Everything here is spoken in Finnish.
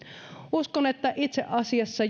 uskon että itse asiassa